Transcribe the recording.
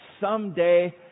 someday